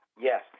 Yes